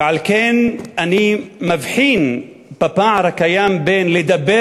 ועל כן אני מבחין בפער הקיים בין לדבר